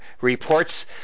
reports